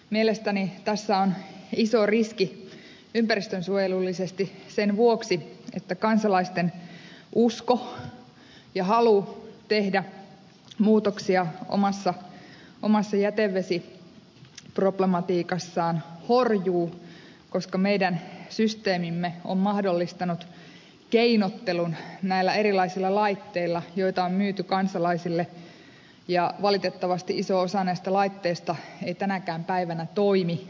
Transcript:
mielestäni tässä on iso riski ympäristönsuojelullisesti sen vuoksi että kansalaisten usko ja halu tehdä muutoksia omassa jätevesiproblematiikassaan horjuu koska meidän systeemimme on mahdollistanut keinottelun näillä erilaisilla laitteilla joita on myyty kansalaisille ja valitettavasti iso osa näistä laitteista ei tänäkään päivänä toimi asianmukaisesti